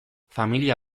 familia